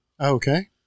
Okay